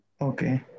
Okay